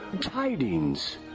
tidings